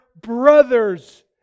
brothers